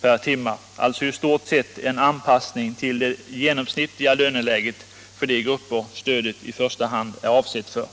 per timme, alltså i stort sett en anpassning till det genomsnittliga löneläget för de grupper som stödet i första hand.är avsett för.